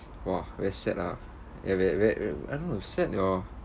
!wah! very sad ah ya ver~ ver~ I don't know if sad or